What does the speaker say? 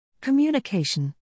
communication